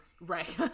right